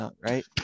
Right